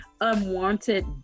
unwanted